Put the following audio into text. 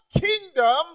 kingdom